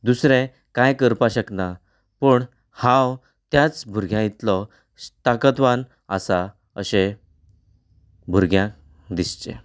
दुसरें कांंय करपाक शकना पूण हांव त्याच भुरग्यां इतलो ताकदवान आसां अशें भुरग्यांक दिसचें